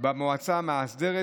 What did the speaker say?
במועצה המאסדרת,